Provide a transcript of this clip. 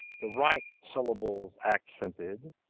the right syllables accented,